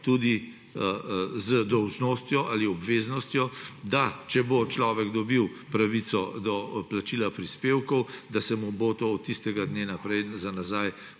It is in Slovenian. tudi z dolžnostjo ali obveznostjo, da če bo človek dobil pravico do plačila prispevkov, da se mu bo to od tistega dne naprej za nazaj